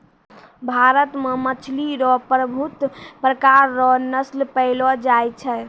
भारत मे मछली रो पबहुत प्रकार रो नस्ल पैयलो जाय छै